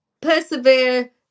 persevere